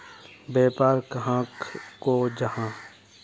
व्यापार कहाक को जाहा?